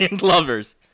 lovers